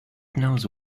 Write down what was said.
knows